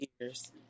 years